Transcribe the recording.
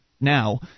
now